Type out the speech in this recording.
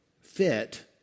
fit